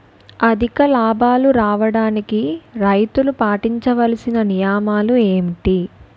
అధిక లాభాలు రావడానికి రైతులు పాటించవలిసిన నియమాలు ఏంటి